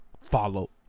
follow